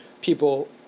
people